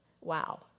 Wow